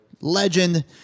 Legend